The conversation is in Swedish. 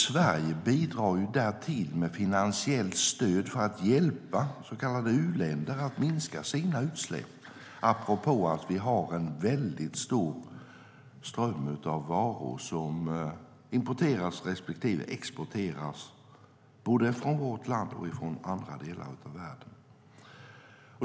Sverige bidrar därtill med finansiellt stöd för att hjälpa så kallade u-länder att minska sina utsläpp, apropå att vi har en väldigt stor ström av varor som importeras respektive exporteras både från vårt land och från andra delar av världen.